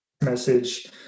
message